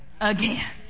again